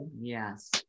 Yes